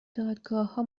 دادگاهها